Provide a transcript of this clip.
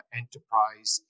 enterprise